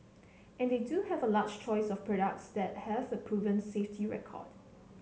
and they do have a large choice of products that have a proven safety record